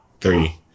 three